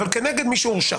אבל כנגד מי שהורשע